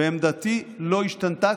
ועמדתי לא השתנתה,